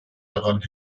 daran